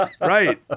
Right